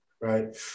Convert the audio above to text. right